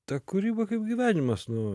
ta kūryba kaip gyvenimas nu